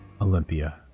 Olympia